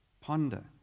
ponder